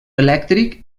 elèctric